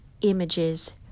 images